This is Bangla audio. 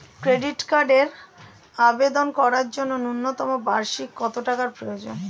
ক্রেডিট কার্ডের আবেদন করার জন্য ন্যূনতম বার্ষিক কত টাকা প্রয়োজন?